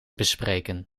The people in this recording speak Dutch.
bespreken